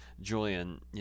Julian